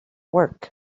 work